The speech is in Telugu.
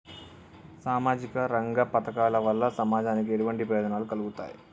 సామాజిక రంగ పథకాల వల్ల సమాజానికి ఎటువంటి ప్రయోజనాలు కలుగుతాయి?